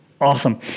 Awesome